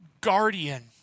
guardian